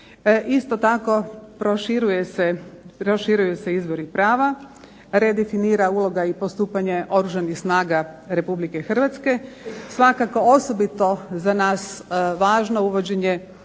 Isto tako proširuju se izvori prava, redefinira uloga i postupanje Oružanih snaga Republike Hrvatske, svakako osobito za nas važno uvođenje